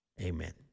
Amen